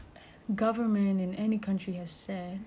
like the young people are the voice of the future